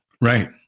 Right